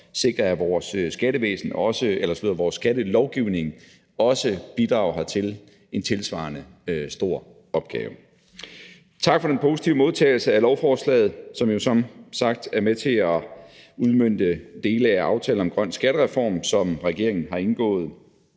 sikre, at vores skattelovgivning også bidrager hertil, en tilsvarende stor opgave. Tak for den positive modtagelse af lovforslaget, som jo som sagt er med til at udmønte dele af aftalen om grøn skattereform, som regeringen har indgået